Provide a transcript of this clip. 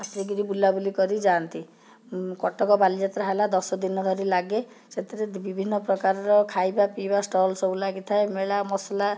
ଆସିକିରି ବୁଲାବୁଲି କରି ଯାଆନ୍ତି କଟକ ବାଲିଯାତ୍ରା ହେଲା ଦଶ ଦିନ ଧରି ଲାଗେ ସେଥିରେ ବିଭିନ୍ନ ପ୍ରକାରର ଖାଇବା ପିଇବା ଷ୍ଟଲ ସବୁ ଲାଗିଥାଏ ମେଳା ମସଲା